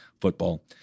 football